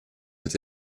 ils